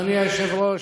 אדוני היושב-ראש,